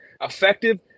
effective